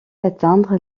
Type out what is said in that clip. d’atteindre